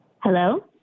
Hello